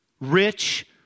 rich